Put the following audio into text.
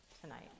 tonight